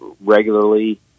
regularly